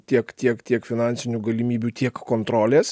tiek tiek tiek finansinių galimybių tiek kontrolės